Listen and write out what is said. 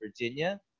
Virginia